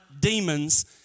demons